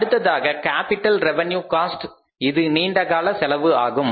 அடுத்ததாக capital revenue cost இது நீண்டகால செலவு ஆகும்